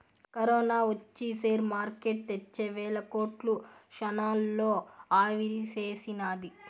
corona ఒచ్చి share market తెచ్చే వేల కోట్లు క్షణాల్లో ఆవిరిసేసినాది